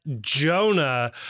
Jonah